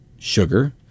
Sugar